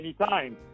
anytime